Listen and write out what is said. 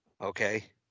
okay